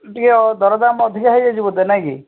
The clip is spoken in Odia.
ଟିକେ ଦରଦାମ୍ ଅଧିକ ହୋଇଯାଇଛି ବୋଧେ ନାଇଁ କି